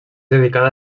dedicada